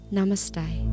Namaste